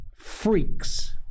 Freaks